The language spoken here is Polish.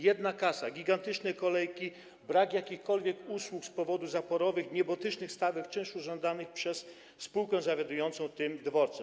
Jedna kasa, gigantyczne kolejki, brak jakichkolwiek usług z powodu zaporowych, niebotycznych stawek czynszu żądanych przez spółkę zawiadującą tym dworcem.